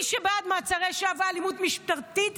מי שבעד מעצרי שווא ואלימות משטרתית,